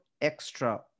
extra